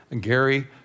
Gary